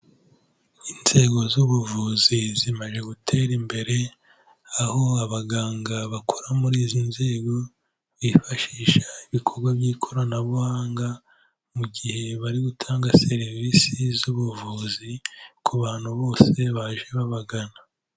inzego z'ubuvuzi zimaze gutera imbere aho abaganga bakora muri izi nzego bifashisha ibikorwa by'ikoranabuhanga mu gihe bari gutanga serivisi zubuvuzi ku bantu bose baje babagana Inzego z'ubuvuzi zimaze gutera imbere, aho abaganga bakora muri izi nzego bifashisha ibikorwa by'ikoranabuhanga, mu gihe bari gutanga serivisi z'ubuvuzi ku bantu Bose baje babagana.